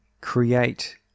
create